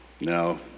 No